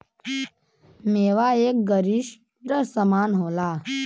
मेवा एक गरिश्ट समान होला